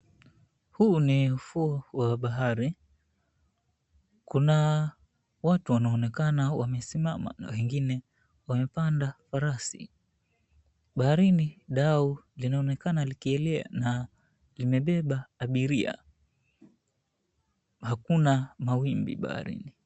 Huu ni ufuo wa bahari kuna watu wanaonekana wamesimama na wengine wamepanda farasi. Baharini dau linaonekana likielea na limebeba abiria, hakuna mawimbi baharini.